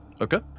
Okay